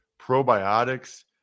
probiotics